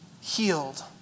healed